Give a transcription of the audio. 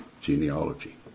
genealogy